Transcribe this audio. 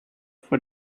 for